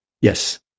Yes